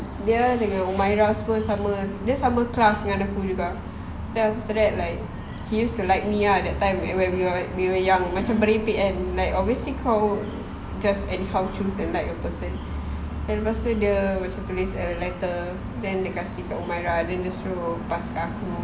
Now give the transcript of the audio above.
dia dengan humaira semua sama dia sama class dengan aku juga then after that like he used to like me ah that time where we were we were young macam merepek kan like obviously kau just anyhow choose and like a person then lepas tu dia macam tulis a letter and then dia kasi kat humaira then dia suruh pass kat aku